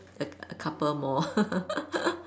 a a couple more